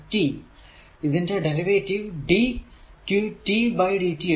ഇതിന്റെ derivative dqtdt എടുക്കുക